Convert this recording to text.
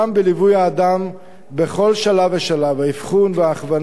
בליווי האדם בכל שלב ושלב: האבחון וההכוונה,